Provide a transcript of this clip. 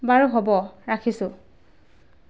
বাৰু হ'ব ৰাখিছোঁ